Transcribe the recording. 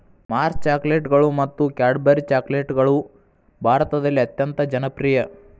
Mars ಚಾಕೊಲೇಟ್ಗಳು ಮತ್ತು Cadbury ಚಾಕೊಲೇಟ್ಗಳು ಭಾರತದಲ್ಲಿ ಅತ್ಯಂತ ಜನಪ್ರಿಯ